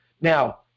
Now